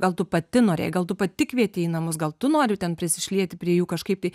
gal tu pati norėjai gal tu pati kvietei į namus gal tu nori ten prisišlieti prie jų kažkaip tai